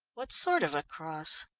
what sort of a cross?